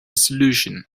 solution